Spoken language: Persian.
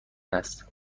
است